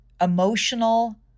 emotional